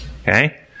Okay